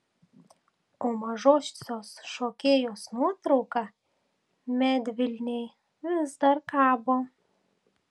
o mažosios šokėjos nuotrauka medvilnėj vis dar kabo